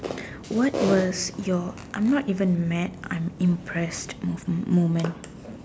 what was your I'm not even mad I'm impressed moment